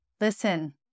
listen